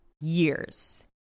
years